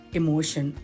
emotion